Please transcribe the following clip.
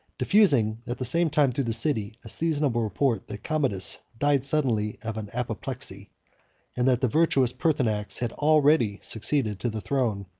diffusing at the same time through the city a seasonable report that commodus died suddenly of an apoplexy and that the virtuous pertinax had already succeeded to the throne.